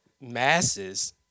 masses